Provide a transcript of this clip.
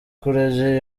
kurya